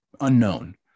unknown